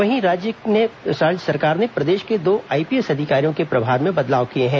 वहीं राज्य सरकार ने प्रदेश के दो आईपीएस अधिकारियों के प्रभार में बदलाव किए हैं